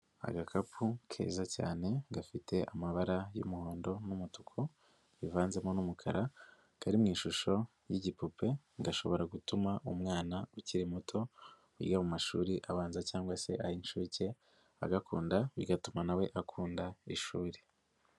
Agakapu keza cyane, gafite amabara y'umuhondo n'umutuku, bivanzemo n'umukara, kari mu ishusho y'igipupe, gashobora gutuma umwana ukiri muto, wiga mu mashuri abanza cyangwa se ay'inshuke, agakunda, bigatuma na we akunda ishuri.